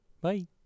Bye